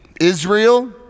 Israel